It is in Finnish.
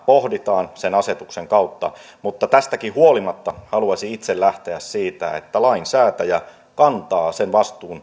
pohditaan sen asetuksen kautta mutta tästäkin huolimatta haluaisin itse lähteä siitä että lainsäätäjä kantaa sen vastuun